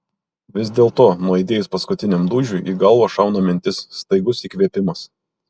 vis dėlto nuaidėjus paskutiniam dūžiui į galvą šauna mintis staigus įkvėpimas